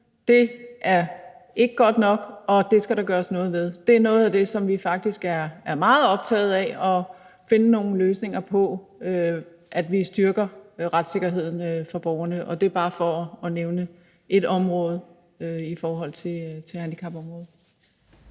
er det ikke godt nok, og det skal der gøres noget ved. Det er noget af det, vi faktisk er meget optagede af at finde nogle løsninger på, så vi styrker retssikkerheden for borgerne. Det er bare for at nævne ét område i forhold til handicapområdet.